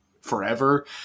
forever